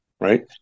Right